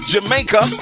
Jamaica